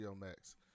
Max